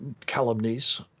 calumnies